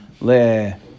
le